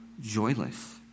joyless